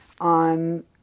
on